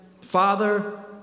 Father